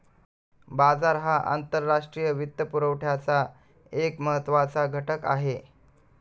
बाजार हा आंतरराष्ट्रीय वित्तपुरवठ्याचा एक महत्त्वाचा घटक आहे